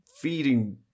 feeding